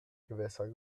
gewässer